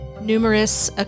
Numerous